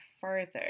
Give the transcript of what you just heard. further